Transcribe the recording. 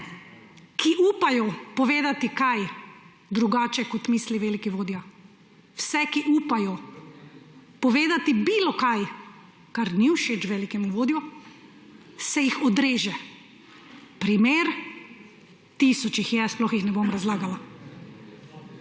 ki upajo povedati kaj drugače, kot misli veliki vodja, vse, ki upajo povedati bilo kaj, kar ni všeč velikemu vodju, se odreže. Primer, tisoč jih je, sploh jih ne bom razlagala.